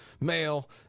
male